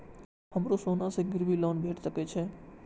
हमरो सोना से गिरबी लोन भेट सके छे?